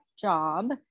job